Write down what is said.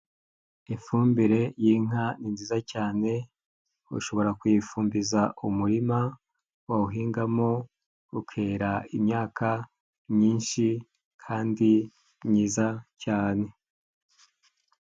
Ifumbire y'inka ni nziza cyane, ushobora kuyifumbiza umurima wawuhingamo ukera imyaka myinshi kandi myiza cyane.